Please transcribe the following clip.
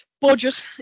budget